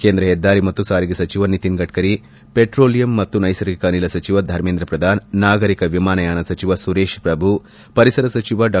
ಕೇಂದ್ರ ಹೆದ್ದಾರಿ ಮತ್ತು ಸಾರಿಗೆ ಸಚಿವ ನಿತಿನ್ ಗಡ್ಕರಿ ಪೆಟ್ರೋಲಿಯಂ ಮತ್ತು ನೈಸರ್ಗಿಕ ಅನಿಲ ಸಚಿವ ಧರ್ಮೇಂದ್ರ ಪ್ರಧಾನ್ ನಾಗರಿಕ ವಿಮಾನಯಾನ ಸಚಿವ ಸುರೇತ್ ಪ್ರಭು ಪರಿಸರ ಸಚಿವ ಡಾ